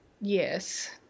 Yes